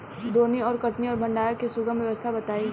दौनी और कटनी और भंडारण के सुगम व्यवस्था बताई?